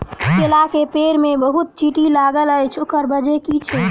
केला केँ पेड़ मे बहुत चींटी लागल अछि, ओकर बजय की छै?